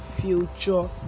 future